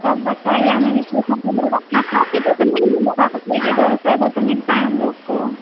तो बताइये हमें नहीं मिलेगा तो वो तो मिलता है हम लोग को